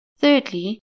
Thirdly